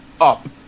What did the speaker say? up